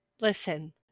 listen